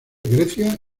grecia